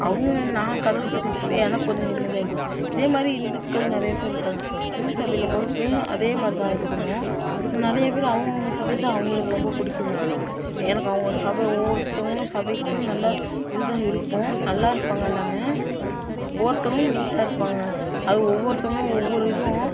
அவங்க நான் கடவுள்ட சொல்கிறப்ப எனக்கு கொஞ்சம் நிம்மதியாயிருக்கும் அதேமாதிரி இந்துக்கள் நிறையா பேரு இருக்காங்கள் இந்து சபையில போகிறப்பையும் அதேமாதிரி தான் இது பண்ணுவோம் நிறையா பேர் அவங்கவுங்க சபை தான் அவுங்களுக்கு ரொம்ப பிடிக்குங்க எனக்கு அவங்க சபை ஒவ்வொருத்தங்களும் சபைக்கும் நல்லா இதுதான் இருக்கும் நல்லாருப்பாங்கள் எல்லாமே ஒவ்வொருத்தங்களும் நீட்டாருப்பாங்கள் அது ஒவ்வொருத்தவங்களும் ஒவ்வொரு விதம்